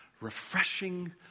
refreshing